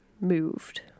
moved